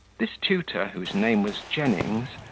this tutor, whose name was jennings,